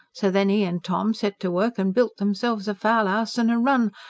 so then e and tom set to work and built themselves a fowl-house and a run.